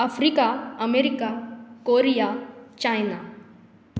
Africa America Korea China